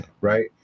right